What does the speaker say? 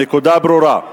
הנקודה ברורה?